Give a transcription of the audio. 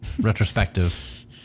retrospective